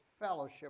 fellowship